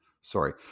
Sorry